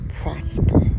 prosper